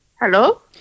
Hello